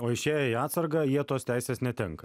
o išėję į atsargą jie tos teisės netenka